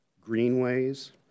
greenways